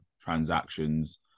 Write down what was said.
transactions